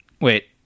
wait